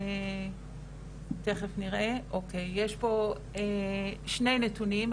יש פה שני נתונים,